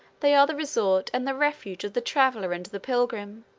they are the resort and the refuge of the traveler and the pilgrim,